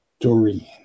Doreen